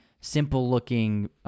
simple-looking